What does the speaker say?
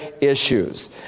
issues